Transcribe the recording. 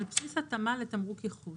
על בסיס התאמה לתמרוק ייחוס,